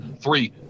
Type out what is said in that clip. three